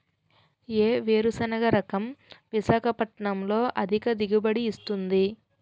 ఏ వేరుసెనగ రకం విశాఖపట్నం లో అధిక దిగుబడి ఇస్తుంది?